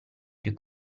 più